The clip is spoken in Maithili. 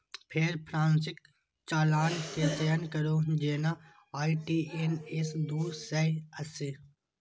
फेर प्रासंगिक चालान के चयन करू, जेना आई.टी.एन.एस दू सय अस्सी